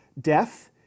death